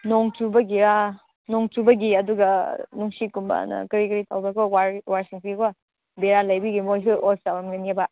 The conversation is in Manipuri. ꯅꯣꯡ ꯆꯨꯕꯒꯤꯔꯥ ꯅꯣꯡ ꯆꯨꯕꯒꯤ ꯑꯗꯨꯒ ꯅꯨꯡꯁꯤꯠꯀꯨꯝꯕꯅ ꯀꯔꯤ ꯀꯔꯤ ꯇꯧꯕꯀꯣ ꯋꯥꯌꯔ ꯋꯥꯌꯔꯁꯤꯡꯁꯤꯀꯣ ꯕꯦꯔꯥ ꯂꯩꯕꯒꯤ ꯃꯣꯏꯁꯨ ꯑꯣꯐ ꯇꯧꯔꯝꯒꯅꯦꯕ